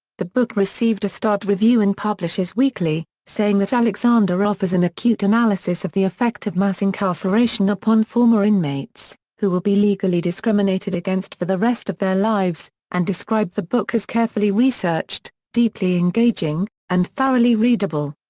the book received a starred review in publishers weekly, saying that alexander offers an acute analysis of the effect of mass incarceration upon former inmates who will be legally discriminated against for the rest of their lives, and described the book as carefully researched, deeply engaging, and thoroughly readable.